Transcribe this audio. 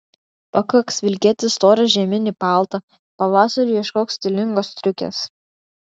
pakaks vilkėti storą žieminį paltą pavasariui ieškok stilingos striukės